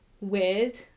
weird